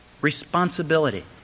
responsibility